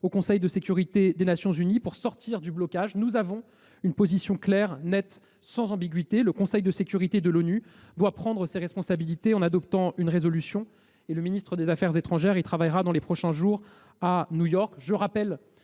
du Conseil de sécurité des Nations unies pour sortir du blocage. Nous avons une position claire, nette, sans ambiguïté. Le Conseil de sécurité doit prendre ses responsabilités en adoptant une résolution et le ministre des affaires étrangères s’y emploiera, dans les prochains jours, à New York.